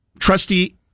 trustee